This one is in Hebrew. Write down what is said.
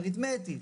אריתמטית,